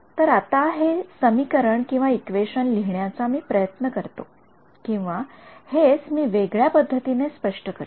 तर आता मी हे समीकरणइक्वेशन लिहिण्याचा प्रयत्न करतो किंवा हेच मी वेगळ्या पद्धतीने स्पष्ट करतो